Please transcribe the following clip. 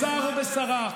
בשר או בשרה,